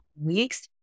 weeks